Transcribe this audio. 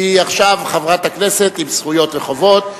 שהיא עכשיו חברת כנסת עם זכויות וחובות.